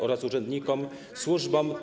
oraz urzędnikom, służbom.